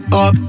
up